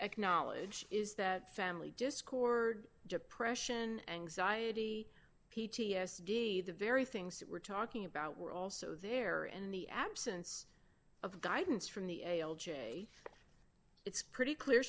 acknowledge is that family discord depression anxiety p t s d the very things that we're talking about were also there in the absence of guidance from the it's pretty clear